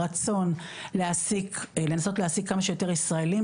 הרצון להעסיק כמה שיותר ישראלים,